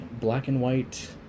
black-and-white